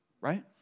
right